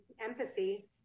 empathy